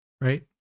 right